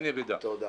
תודה.